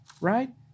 right